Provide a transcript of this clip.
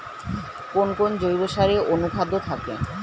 কোন কোন জৈব সারে অনুখাদ্য থাকে?